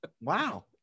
Wow